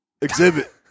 exhibit